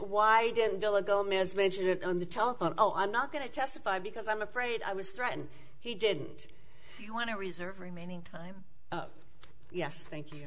gomez mention it on the telephone oh i'm not going to testify because i'm afraid i was threatened he didn't want to reserve remaining time yes thank you